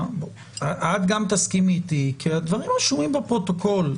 את גם תסכימי איתי כי הדברים רשומים בפרוטוקול.